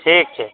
ठीक छै